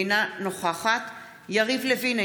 אינה נוכחת יריב לוין,